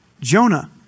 Jonah